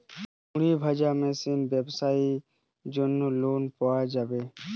মুড়ি ভাজা মেশিনের ব্যাবসার জন্য লোন পাওয়া যাবে?